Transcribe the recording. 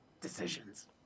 decisions